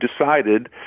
decided